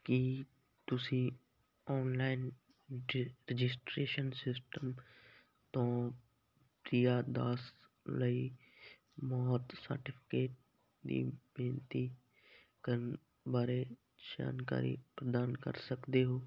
ਕੀ ਤੁਸੀਂ ਔਨਲਾਈਨ ਰਜਿ registration system ਤੋਂ ਪ੍ਰਿਆ ਦਾਸ ਲਈ ਮੌਤ ਸਰਟੀਫਿਕੇਟ ਦੀ ਬੇਨਤੀ ਕਰਨ ਬਾਰੇ ਜਾਣਕਾਰੀ ਪ੍ਰਦਾਨ ਕਰ ਸਕਦੇ ਹੋ